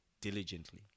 diligently